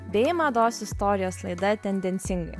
bei mados istorijos laida tendencinga